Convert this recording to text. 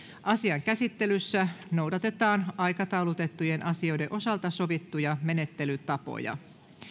asian käsittelyssä noudatetaan aikataulutettujen asioiden osalta sovittuja menettelytapoja